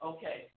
Okay